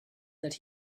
that